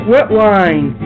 Wetline